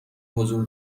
حضور